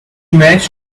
managed